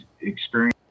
experience